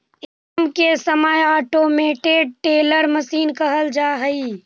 ATM के automated teller machine कहल जा हइ